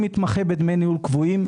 נוספים: מסלול מתמחה בדמי ניהול קבועים,